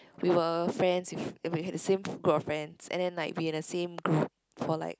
we were friends with and we had a same group of friends and then like we're in the same group for like